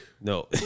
No